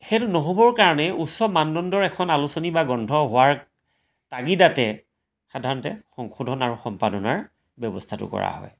সেইটো নহ'বৰ কাৰণে উচ্চ মানদণ্ডৰ এখন আলোচনী বা গ্ৰন্থ হোৱাৰ তাগিদাতে সাধাৰণতে সংশোধন আৰু সম্পাদনাৰ ব্যৱস্থাটো কৰা হয়